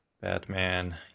Batman